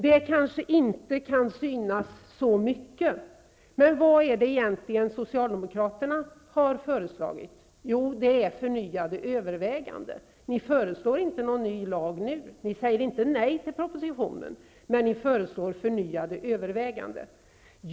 Det kanske inte syns vara så mycket, men vad är det egentligen Socialdemokratena har föreslagit? Jo, de har föreslagit förnyade överväganden. De föreslår inte någon ny lag nu, de säger inte nej till propositionen, utan de föreslår förnyade överväganden.